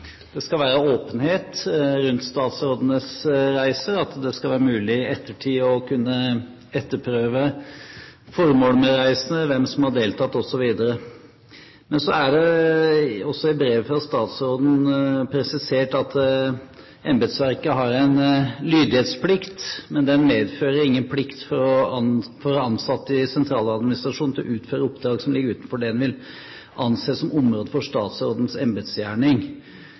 det skal være åpenhet rundt statsrådenes reiser – at det skal være mulig i ettertid å kunne etterprøve formålet med reisene, hvem som har deltatt, osv. Men så er det i brevet fra statsråden presisert at embetsverket har en lydighetsplikt, men at den «medfører ingen plikt for ansatte i sentraladministrasjonen til å utføre oppdrag som ligger utenfor det man vil anse som området for statsrådens embetsgjerning».